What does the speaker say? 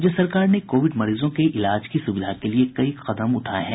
राज्य सरकार ने कोविड मरीजों के इलाज की सुविधा के लिये कई कदम उठाये हैं